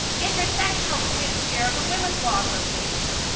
inter-sectional committee chair of the women's law association,